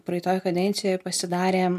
praeitoj kadencijoj pasidarė